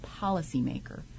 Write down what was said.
policymaker